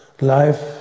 life